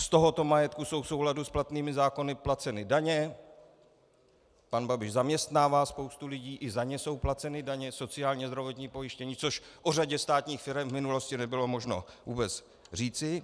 Z tohoto majetku jsou v souladu s platnými zákony placeny daně, pan Babiš zaměstnává spoustu lidí, i za ně jsou placeny daně, sociální a zdravotní pojištění, což o řadě státních firem v minulosti nebylo možno vůbec říci.